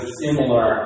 similar